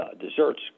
desserts